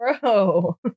Bro